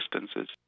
distances